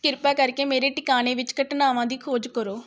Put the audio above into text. ਕਿਰਪਾ ਕਰਕੇ ਮੇਰੇ ਟਿਕਾਣੇ ਵਿੱਚ ਘਟਨਾਵਾਂ ਦੀ ਖੋਜ ਕਰੋ